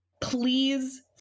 please